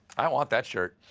i want that shirt.